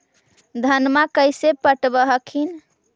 धन्मा कैसे पटब हखिन?